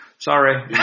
Sorry